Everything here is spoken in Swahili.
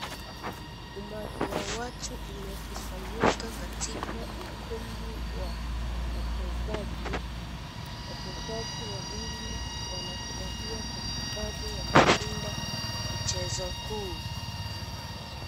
Umati wa watu umekusanyika katika ukumbi wa wachezaji . Wachezaji wawili wanafurahia Kwa sababu ameshinda mchezo huo.